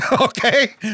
Okay